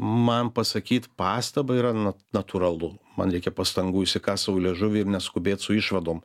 man pasakyt pastabą yra natūralu man reikia pastangų įsikąst sau liežuvį ir neskubėt su išvadom